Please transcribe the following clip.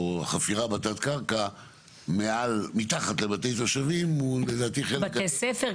חפירה בתת קרקע מתחת לבתי תושבים הוא לדעתי חלק --- בתי ספר,